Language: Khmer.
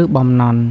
ឬបំណន់។